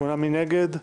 מי נגד?